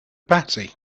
batty